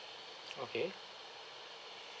okay